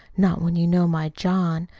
not when you know my john!